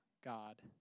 God